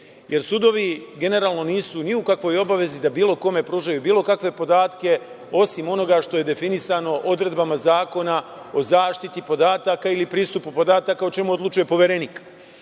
jer sudovi generalno nisu ni u kakvoj obavezi da bilo kome pružaju bilo kakve podatke, osim onoga što je definisano odredbama Zakona o zaštiti podataka ili pristupu podataka, o čemu odlučuje poverenik. Tako